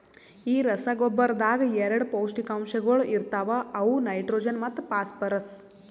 ಈ ರಸಗೊಬ್ಬರದಾಗ್ ಎರಡ ಪೌಷ್ಟಿಕಾಂಶಗೊಳ ಇರ್ತಾವ ಅವು ನೈಟ್ರೋಜನ್ ಮತ್ತ ಫಾಸ್ಫರ್ರಸ್